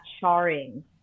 charring